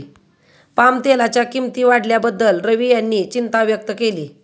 पामतेलाच्या किंमती वाढल्याबद्दल रवी यांनी चिंता व्यक्त केली